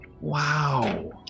Wow